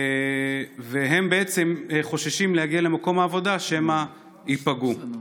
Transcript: והם חוששים להגיע למקום העבודה שמא ייפגעו.